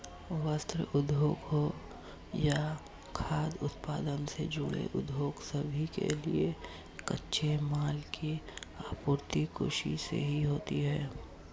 वस्त्र उद्योग हो या खाद्य उत्पादन से जुड़े उद्योग सभी के लिए कच्चे माल की आपूर्ति कृषि से ही होती है